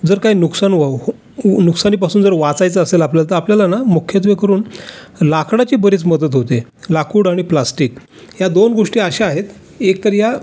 जर काही नुकसान वावं ऊ नुकसानीपासून जर वाचायचं असेल आपल्याला तर आपल्याला ना मुख्यत्वेकरून लाकडाची बरीच मदत होते लाकूड आणि प्लास्टिक ह्या दोन गोष्टी अशा आहेत एकतर या